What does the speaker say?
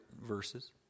verses